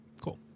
Cool